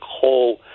coal